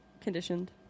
conditioned